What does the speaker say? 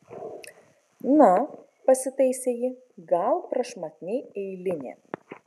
na pasitaisė ji gal prašmatniai eilinė